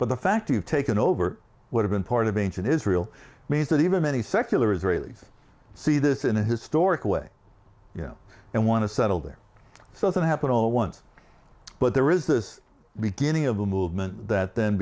but the fact you've taken over would have been part of ancient israel means that even many secular israelis see this in a historic way and want to settle there so that happen all at once but there is this beginning of a movement that then